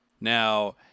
Now